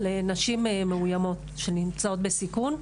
על נשים מאוימות שנמצאות בסיכון.